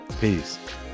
Peace